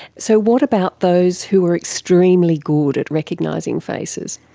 so what about those who are extremely good at recognising faces?